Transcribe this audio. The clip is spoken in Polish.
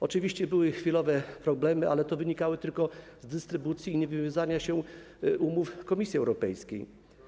Oczywiście były chwilowe problemy, ale to wynikało tylko z dystrybucji i niewywiązania się z umów Komisji Europejskiej.